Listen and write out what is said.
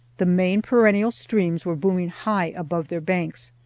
the main perennial streams were booming high above their banks,